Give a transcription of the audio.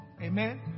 Amen